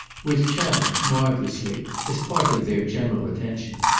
with chad marvellously as part of their general attention.